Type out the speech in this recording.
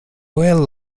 well